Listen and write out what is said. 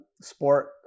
sport